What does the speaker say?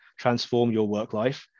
transformyourworklife